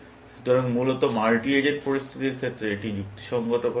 সুতরাং মূলত multi agent পরিস্থিতির ক্ষেত্রে এটি যুক্তিসঙ্গত পছন্দ